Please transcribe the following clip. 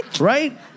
Right